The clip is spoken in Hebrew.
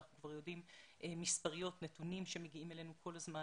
אנחנו כבר יודעים נתונים שמגיעים אלינו כל הזמן